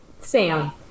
Sam